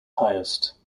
highest